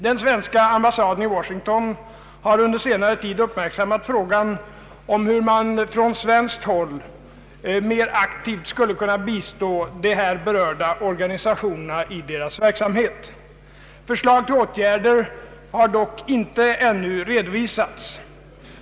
Den svenska ambassaden i Washington har under senare tid uppmärksammat frågan, hur man från svenskt håll mer aktivt skulle kunna bistå de här berörda organisationerna i deras verksamhet. Förslag till åtgärder har dock inte ännu redovisats.